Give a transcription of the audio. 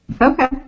Okay